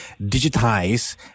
digitize